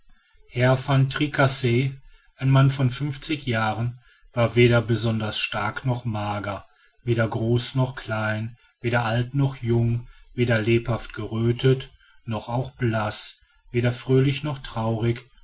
herr van tricasse ein mann von fünfzig jahren war weder besonders stark noch mager weder groß noch klein weder alt noch jung weder lebhaft geröthet noch auch blaß weder fröhlich noch traurig